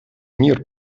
мир